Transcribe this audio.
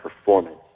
performance